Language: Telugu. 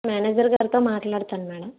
మేనేజర్ గారితో మాట్లాడతాను మేడం